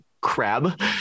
crab